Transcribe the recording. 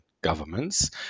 governments